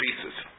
pieces